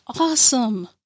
awesome